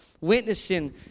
witnessing